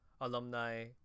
alumni